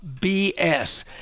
BS